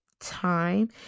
time